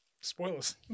Spoilers